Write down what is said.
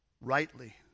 rightly